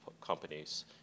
companies